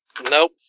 Nope